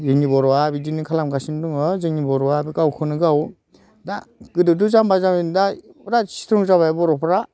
जोंनि बर'आ बिदिनो खालामगासिनो दङ जोंनि बर'आबो गावखौनो गाव दा गोदोथ' जाम्बा जाम्बि दा फुरा स्ट्रं जाबाय बर'फ्रा